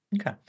Okay